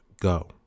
go